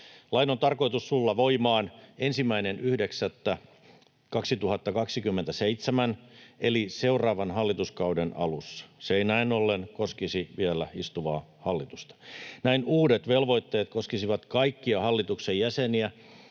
Lain on tarkoitus tulla voimaan 1.9.2027 eli seuraavan hallituskauden alussa. Se ei näin ollen koskisi vielä istuvaa hallitusta. Näin uudet velvoitteet koskisivat kaikkia hallituksen jäseniä